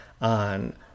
on